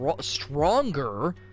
stronger